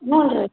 ಹ್ಞೂ ರೀ